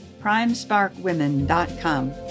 primesparkwomen.com